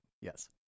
Yes